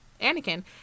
Anakin